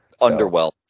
Underwell